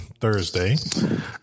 Thursday